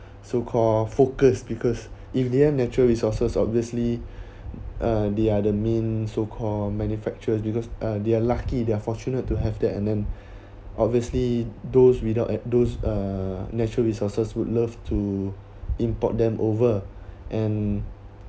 so called focus because if they're natural resources obviously uh the other mean so called manufacturers because uh they're lucky they are fortunate to have that and then obviously those without at those uh natural resources would love to import them over and